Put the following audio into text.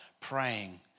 praying